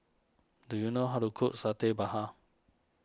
do you know how to cook Satay Babat